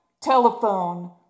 Telephone